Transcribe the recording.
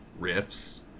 riffs